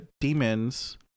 demons